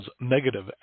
negative